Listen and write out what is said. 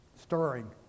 stirring